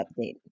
update